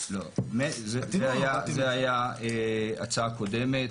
זה היה הצעה קודמת,